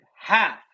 half